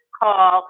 call